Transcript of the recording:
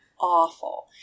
awful